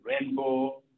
rainbow